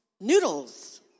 noodles